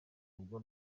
rugo